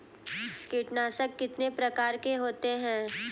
कीटनाशक कितने प्रकार के होते हैं?